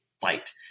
fight